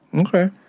Okay